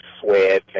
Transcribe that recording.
sweat